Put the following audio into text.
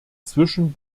zwischen